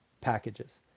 packages